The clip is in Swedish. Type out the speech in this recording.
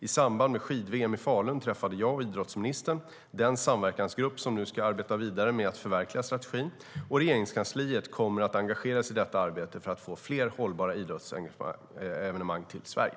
I samband med skid-VM i Falun träffade jag och idrottsministern den samverkansgrupp som ska arbeta vidare med att förverkliga strategin, och Regeringskansliet kommer att engagera sig i detta arbete för att få fler hållbara idrottsevenemang i Sverige.